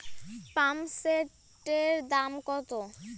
পাম্পসেটের দাম কত?